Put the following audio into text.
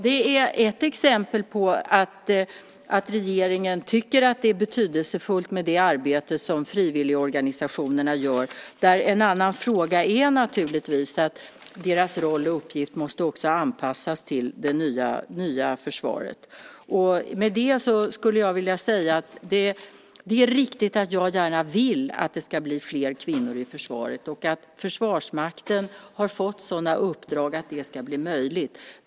Det är ett exempel på att regeringen tycker att det är betydelsefullt med det arbete som frivilligorganisationerna gör. En annan fråga är naturligtvis att deras roll och uppgift också måste anpassas till det nya försvaret. Med det skulle jag vilja säga att det är riktigt att jag gärna vill att det ska bli fler kvinnor i försvaret och att Försvarsmakten har fått sådana uppdrag att det ska bli möjligt.